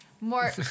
more